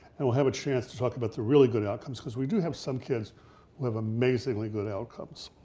and we'll have chance to talk about the really good outcomes, because we do have some kids who have amazingly good outcomes.